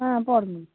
ஆ போடுங்க